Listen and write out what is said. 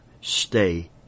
stay